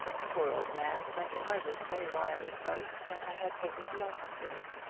poor old man! i can hardly say why it was so, but i had taken a liking to him.